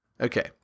Okay